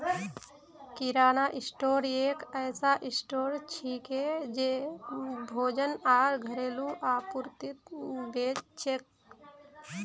किराना store एक ऐसा store छिके जे भोजन आर घरेलू आपूर्ति बेच छेक